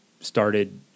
started –